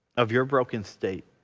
of your broken state.